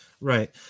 Right